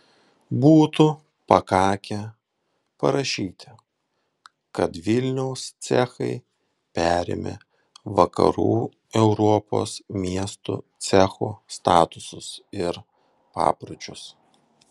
būtų pakakę parašyti kad vilniaus cechai perėmė vakarų europos miestų cechų statusus ir papročius